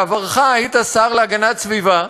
בעברך היית שר להגנת הסביבה,